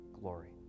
glory